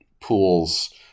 pools